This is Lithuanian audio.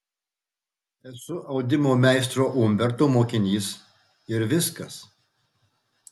esu audimo meistro umberto mokinys ir viskas